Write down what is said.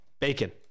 bacon